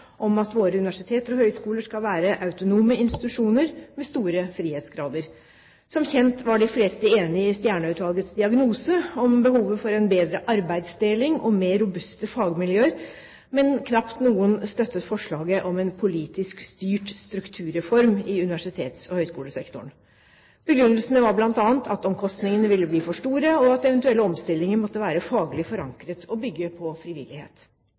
om at våre universiteter og høyskoler skal være autonome institusjoner med store frihetsgrader. Som kjent var de fleste enige i Stjernø-utvalgets diagnose om behovet for en bedre arbeidsdeling og mer robuste fagmiljøer, men knapt noen støttet forslaget om en politisk styrt strukturreform i universitets- og høyskolesektoren. Begrunnelsene var bl.a. at omkostningene ville bli for store, og at eventuelle omstillinger måtte være faglig forankret og bygge på frivillighet.